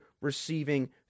receiving